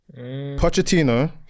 Pochettino